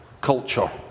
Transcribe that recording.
culture